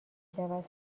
شود